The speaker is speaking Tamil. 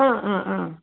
ஆ ஆ ஆ